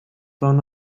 phone